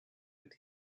could